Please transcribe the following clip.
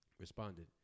Responded